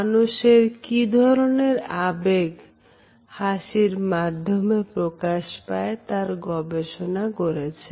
মানুষের কি ধরনের আবেগ হাসির মাধ্যমে প্রকাশ পায় তাঁর গবেষণা করেছেন